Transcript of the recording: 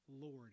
Lord